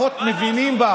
מבין?